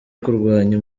kurwanya